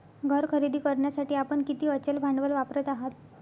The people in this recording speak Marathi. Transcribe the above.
घर खरेदी करण्यासाठी आपण किती अचल भांडवल वापरत आहात?